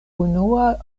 unua